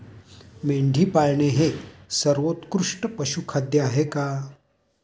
मेंढी पाळणे हे सर्वोत्कृष्ट पशुखाद्य आहे का?